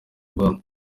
rwanda